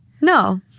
No